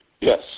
yes